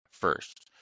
first